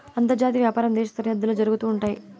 అంతర్జాతీయ వ్యాపారం దేశ సరిహద్దుల్లో జరుగుతా ఉంటయి